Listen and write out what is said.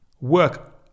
work